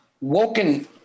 woken